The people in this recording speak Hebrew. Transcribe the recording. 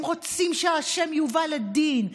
הם רוצים שהאשם יובא לדין,